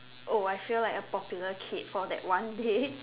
oh I feel like a popular kid for that one day